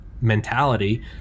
mentality